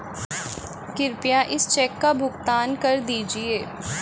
कृपया इस चेक का भुगतान कर दीजिए